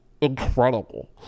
incredible